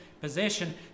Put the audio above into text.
possession